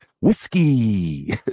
Whiskey